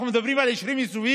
אנחנו מדברים על יישובים